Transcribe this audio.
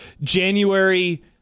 January